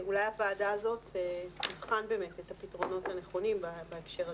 אולי הוועדה הזאת תבחן את הפתרונות הנכונים בהקשר הזה.